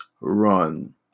run